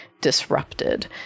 disrupted